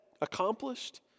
accomplished